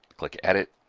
click edit.